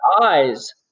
eyes